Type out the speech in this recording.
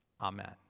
Amen